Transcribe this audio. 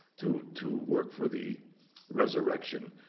to to work for the resurrection.